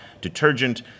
detergent